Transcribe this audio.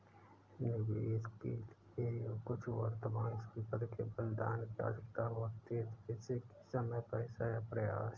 निवेश के लिए कुछ वर्तमान संपत्ति के बलिदान की आवश्यकता होती है जैसे कि समय पैसा या प्रयास